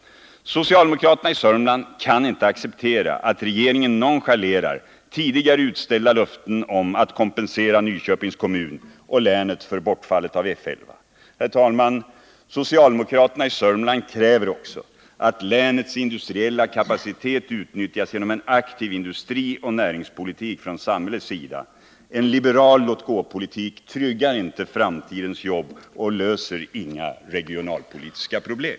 Socialdemokraterna i Södermanland kan inte acceptera att regeringen nonchalerar tidigare utställda löften om att kompensera Nyköpings kommun och länet för bortfallet av F 11. Herr talman! Socialdemokraterna i Södermanland kräver också att länets industriella kapacitet utnyttjas genom en aktiv industrioch näringspolitik från samhällets sida. En liberal låtgåpolitik tryggar inte framtidens jobb och löser inga regionalpolitiska problem.